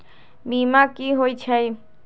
बीमा कि होई छई?